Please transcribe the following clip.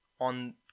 on